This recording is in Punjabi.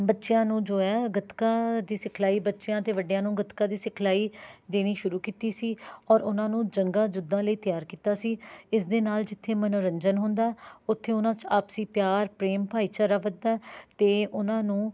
ਬੱਚਿਆਂ ਨੂੰ ਜੋ ਹੈ ਗੱਤਕਾ ਦੀ ਸਿਖਲਾਈ ਬੱਚਿਆਂ ਅਤੇ ਵੱਡਿਆਂ ਨੂੰ ਗੱਤਕਾ ਦੀ ਸਿਖਲਾਈ ਦੇਣੀ ਸ਼ੁਰੂ ਕੀਤੀ ਸੀ ਔਰ ਉਨ੍ਹਾਂ ਨੂੰ ਜੰਗਾਂ ਯੁੱਧਾਂ ਲਈ ਤਿਆਰ ਕੀਤਾ ਸੀ ਇਸਦੇ ਨਾਲ ਜਿੱਥੇ ਮਨੋਰੰਜਨ ਹੁੰਦਾ ਉੱਥੇ ਉਨ੍ਹਾਂ 'ਚ ਆਪਸੀ ਪਿਆਰ ਪ੍ਰੇਮ ਭਾਈਚਾਰਾ ਵੱਧਦਾ ਅਤੇ ਉਹਨਾਂ ਨੂੰ